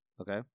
Okay